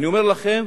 אני אומר לכם,